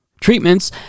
treatments